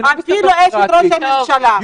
אפילו אשת ראש הממשלה.